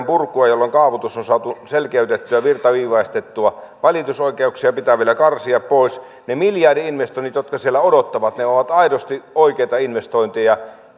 purkua jolloin kaavoitus on saatu selkeytettyä ja virtaviivaistettua valitusoikeuksia pitää vielä karsia pois ne miljardi investoinnit jotka siellä odottavat ovat aidosti oikeita investointeja